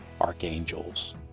archangels